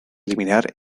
eliminar